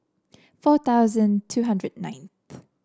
four thousand two hundred ninth